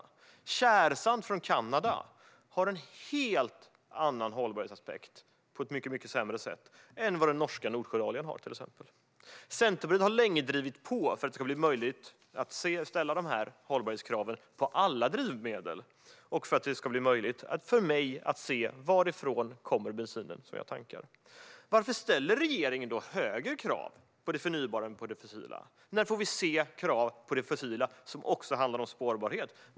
Exempelvis har tjärsand från Kanada en helt annan hållbarhetsaspekt, på ett mycket sämre sätt, än vad den norska Nordsjöoljan har. Centerpartiet har länge drivit på för att det ska bli möjligt att ställa dessa hållbarhetskrav på alla drivmedel och för att det ska bli möjligt att se var bensinen man tankar kommer ifrån. Varför ställer regeringen högre krav på det förnybara än på det fossila? När får vi se krav på det fossila som också handlar om spårbarhet?